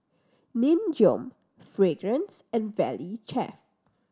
Nin Jiom Fragrance and Valley Chef